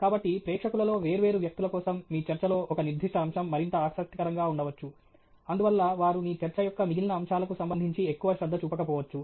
కాబట్టి ప్రేక్షకులలో వేర్వేరు వ్యక్తుల కోసం మీ చర్చలో ఒక నిర్దిష్ట అంశం మరింత ఆసక్తికరంగా ఉండవచ్చు అందువల్ల వారు మీ చర్చ యొక్క మిగిలిన అంశాలకు సంబంధించి ఎక్కువ శ్రద్ధ చూపకపోవచ్చు